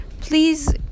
Please